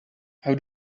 how